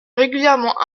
régulièrement